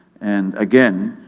and again,